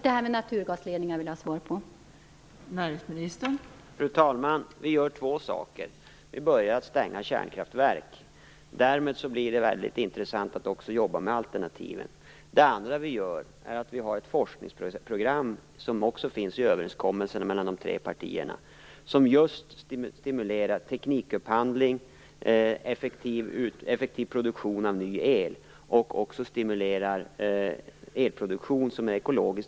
Jag vill också ha svar på min fråga om naturgasledningar.